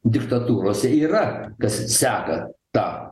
diktatūrose yra kas seka tą